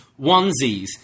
onesies